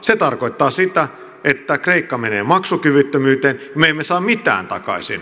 se tarkoittaa sitä että kreikka menee maksukyvyttömyyteen ja me emme saa mitään takaisin